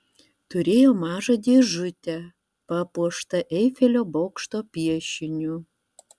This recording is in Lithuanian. turėjo mažą dėžutę papuoštą eifelio bokšto piešiniu